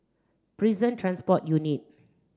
Prison Transport Unit